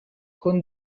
con